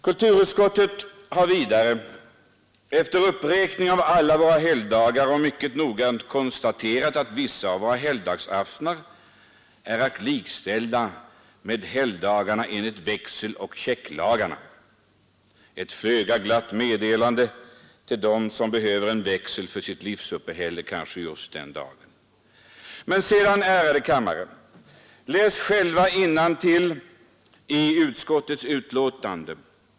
Kulturutskottet har vidare efter uppräkning av alla våra helgdagar mycket noggrant konstaterat att vissa av våra helgdagsaftnar är att likställa med helgdagarna enligt växeloch checklagarna — ett föga glatt meddelande till dem som behöver en växel för sitt livsuppehälle kanske just den dagen. Men sedan, ärade kammarledamöter. Läs själva innantill i utskottets betänkande!